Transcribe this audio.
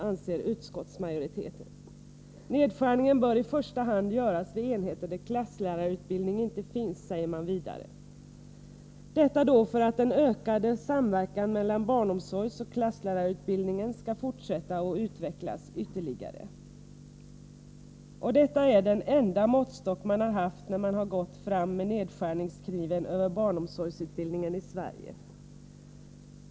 Vidare säger man att nedskärningen i första hand bör göras vid enheter där klasslärarutbildning inte finns — detta för att den ökade samverkan mellan barnomsorgsoch klasslärarutbildningen skall fortsätta och utvecklas ytterligare. Detta är den enda måttstock man haft när man gått fram med nedskärningskniven över barnomsorgsutbildningen i Sverige.